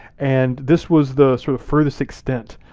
and this was the sort of furthest extent,